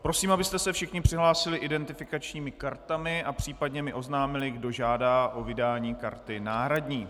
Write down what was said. Prosím, abyste se všichni přihlásili identifikačními kartami a případně mi oznámili, kdo žádá o vydání karty náhradní.